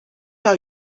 are